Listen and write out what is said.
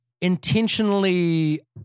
intentionally